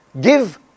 give